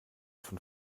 von